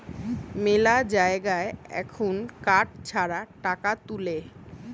মেলা জায়গায় এখুন কার্ড ছাড়া টাকা তুলে